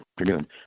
afternoon